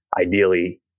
ideally